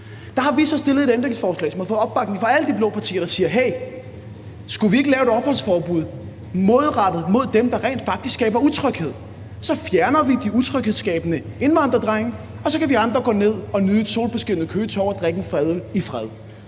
Der har vi så stillet et ændringsforslag, som har fået opbakning fra alle de blå partier, der siger: Hey, skulle vi ikke lave et opholdsforbud målrettet mod dem, der rent faktisk skaber utryghed? Så fjerner vi de utryghedsskabende indvandrerdrenge, og så kan vi andre gå ned og nyde et solbeskinnet Køge Torv og drikke en fadøl i fred.